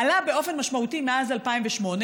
עלה באופן משמעותי מאז 2008,